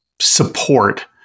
support